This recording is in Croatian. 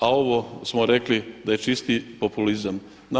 A ovo smo rekli da je čisti populizam.